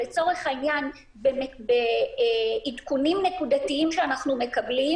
לצורך העניין, בעדכונים נקודתיים שאנחנו מקבלים,